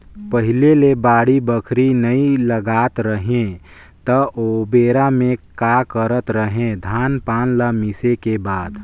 पहिले ले बाड़ी बखरी नइ लगात रहें त ओबेरा में का करत रहें, धान पान ल मिसे के बाद